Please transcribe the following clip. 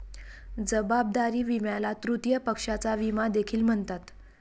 जबाबदारी विम्याला तृतीय पक्षाचा विमा देखील म्हणतात